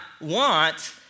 want